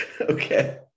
Okay